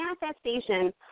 manifestation